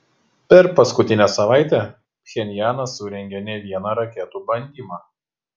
per paskutinę savaitę pchenjanas surengė ne vieną raketų bandymą